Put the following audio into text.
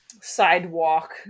sidewalk